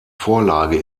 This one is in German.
vorlage